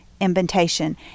invitation